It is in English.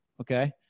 Okay